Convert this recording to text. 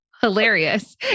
hilarious